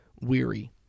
weary